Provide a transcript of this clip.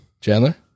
Chandler